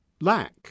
lack